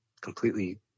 completely